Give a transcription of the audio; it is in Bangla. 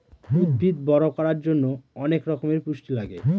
উদ্ভিদ বড়ো করার জন্য অনেক রকমের পুষ্টি লাগে